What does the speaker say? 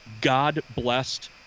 god-blessed